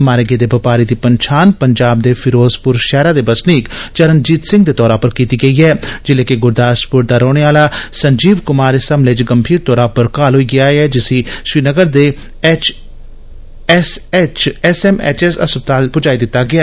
मारे गेदे बपारी दी पन्छान पंजाब दे फिरोजपुर शैहरा दे बसनीक चरणजीत सिंह दे तौर पर कीती गेई ऐ जिल्ले के गुरदासपुर दा रौहना आहला संजीव कुमार इस हमले च गंभीर तौर पर जख्मी होई गेआ जिसी श्रीनगर दे एस एम एच एस अस्पताल पुजाई दित्ता गेआ